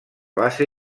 base